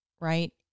right